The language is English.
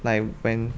like when